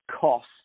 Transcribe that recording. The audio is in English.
cost